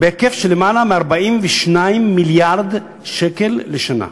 בהיקף של יותר מ-42 מיליארד שקל לשנה.